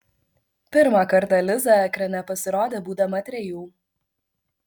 pirmą kartą liza ekrane pasirodė būdama trejų